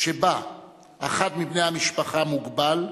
שבה אחד מבני המשפחה מוגבל,